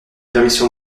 permission